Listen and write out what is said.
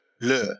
le